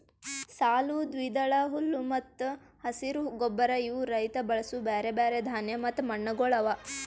ಸಾಲು, ದ್ವಿದಳ, ಹುಲ್ಲು ಮತ್ತ ಹಸಿರು ಗೊಬ್ಬರ ಇವು ರೈತ ಬಳಸೂ ಬ್ಯಾರೆ ಬ್ಯಾರೆ ಧಾನ್ಯ ಮತ್ತ ಮಣ್ಣಗೊಳ್ ಅವಾ